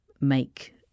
make